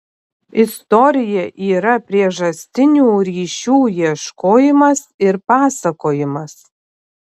istorija yra priežastinių ryšių ieškojimas ir pasakojimas